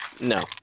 No